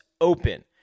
Open